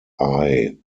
eye